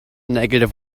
negative